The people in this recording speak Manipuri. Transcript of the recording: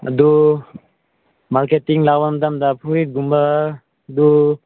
ꯑꯗꯨ ꯃꯥꯔꯀꯦꯠꯇꯤꯡ ꯂꯥꯛꯄ ꯃꯇꯝꯗ ꯐꯨꯔꯤꯠꯒꯨꯝꯕꯗꯨ